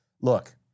Look